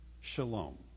shalom